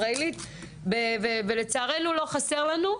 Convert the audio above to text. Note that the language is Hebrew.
צוהריים טובים.